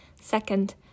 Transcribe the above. Second